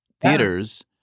theaters